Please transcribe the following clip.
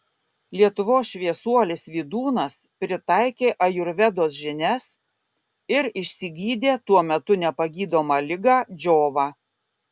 lietuvos šviesuolis vydūnas pritaikė ajurvedos žinias ir išsigydė tuo metu nepagydomą ligą džiovą